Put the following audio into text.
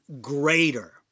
greater